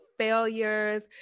failures